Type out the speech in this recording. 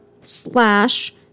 slash